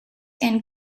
and